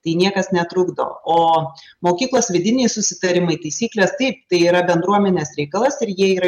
tai niekas netrukdo o mokyklos vidiniai susitarimai taisyklės taip tai yra bendruomenės reikalas ir jie yra